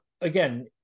again